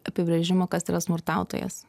apibrėžimo kas yra smurtautojas